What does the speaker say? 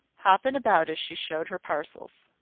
hopping about as she showed her parcels.